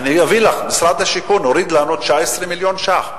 משרד השיכון הוריד לנו 19 מיליון שקל.